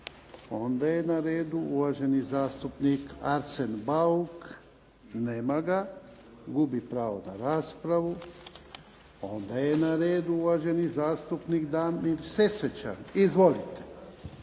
Onda je na redu uvaženi zastupnik Arsen Bauk. Nema ga. Gubi pravo na raspravu. Onda je na redu uvaženi zastupnik Damir Sesvečan. Izvolite.